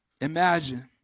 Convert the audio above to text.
imagine